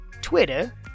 Twitter